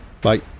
Bye